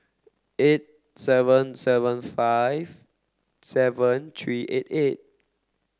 eight seven seven five seven three eight eight